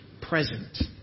present